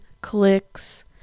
clicks